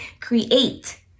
create